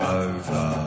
over